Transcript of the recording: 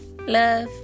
Love